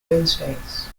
wednesdays